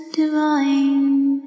divine